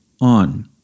on